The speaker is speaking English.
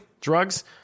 Drugs